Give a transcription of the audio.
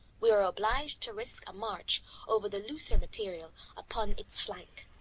we were obliged to risk a march over the looser material upon its flank.